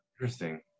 Interesting